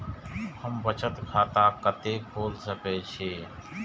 हम बचत खाता कते खोल सके छी?